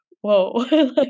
whoa